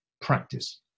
practice